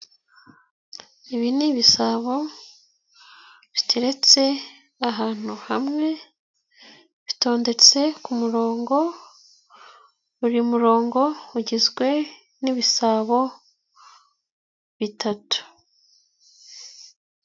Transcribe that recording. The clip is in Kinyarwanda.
Ibi ni ibisabo biteretse ahantu hamwe, bitondetse kumurongo, buri murongo ugizwe nibisabo bitatu.